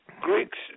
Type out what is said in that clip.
Greeks